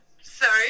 Sorry